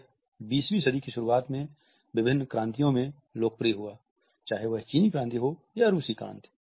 यह 20 वीं सदी की शुरुआत में विभिन्न क्रांतियों में लोकप्रिय हुआ चाहे वह चीनी क्रांति हो या रूसी क्रांति